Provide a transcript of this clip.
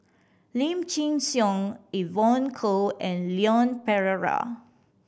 Lim Chin Siong Evon Kow and Leon Perera